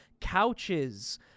Couches